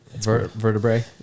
Vertebrae